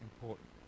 important